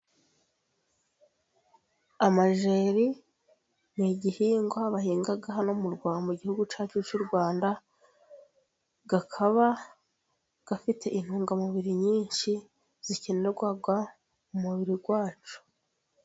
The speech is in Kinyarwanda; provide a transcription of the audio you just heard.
Amajeri ni igihingwa bahinga hano mu gihugu cyacu cy'u Rwanda, akaba afite intungamubiri nyinshi zikenerwa n'umubiri wacu.